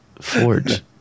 Forge